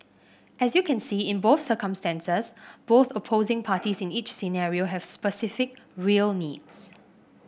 as you can see in both circumstances both opposing parties in each scenario have specific real needs